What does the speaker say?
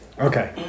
okay